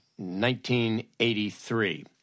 1983